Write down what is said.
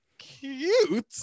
cute